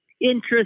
Interest